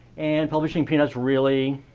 and publishing peanuts really,